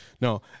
No